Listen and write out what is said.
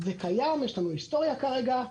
זה קיים, יש לנו היסטוריה כרגע,